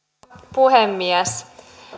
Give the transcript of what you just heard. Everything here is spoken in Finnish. puhemies